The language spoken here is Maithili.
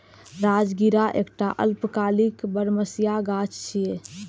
राजगिरा एकटा अल्पकालिक बरमसिया गाछ छियै